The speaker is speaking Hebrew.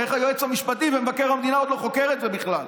איך היועץ המשפטי ומבקר המדינה עוד לא חוקרים את זה בכלל?